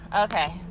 Okay